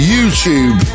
YouTube